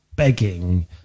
Begging